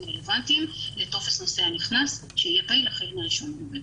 רלוונטיים לטופס נוסע נכנס שיהיה פעיל החל ב-1 בנובמבר.